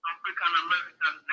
African-American